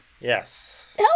Yes